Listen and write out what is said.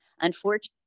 Unfortunately